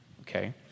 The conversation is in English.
Okay